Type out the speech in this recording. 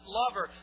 lover